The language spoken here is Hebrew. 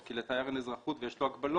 כי לתייר אין אזרחות ויש לו הגבלות,